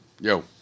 Yo